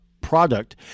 product